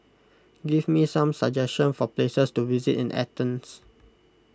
give me some suggestions for places to visit in Athens